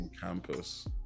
campus